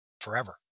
forever